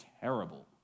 terrible